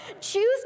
Choose